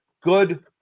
good